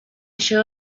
això